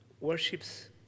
worships